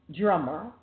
drummer